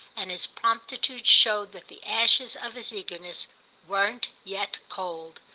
and his promptitude showed that the ashes of his eagerness weren't yet cold.